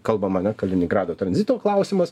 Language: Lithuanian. kalbam ane kaliningrado tranzito klausimas